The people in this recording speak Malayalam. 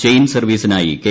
ചെയിൻ സർവ്വീസിനായി കെ